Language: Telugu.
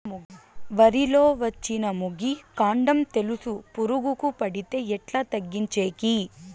వరి లో వచ్చిన మొగి, కాండం తెలుసు పురుగుకు పడితే ఎట్లా తగ్గించేకి?